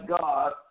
God